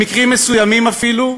במקרים מסוימים, אפילו,